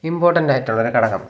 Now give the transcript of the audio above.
ഇമ്പോട്ടന്റായിട്ടുള്ളൊരു ഘടകം